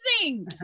Amazing